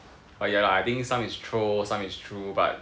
but ya lah I think some is troll some is true but